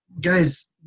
guys